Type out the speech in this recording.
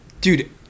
dude